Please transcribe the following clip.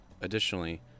Additionally